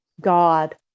God